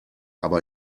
aber